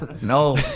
No